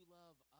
love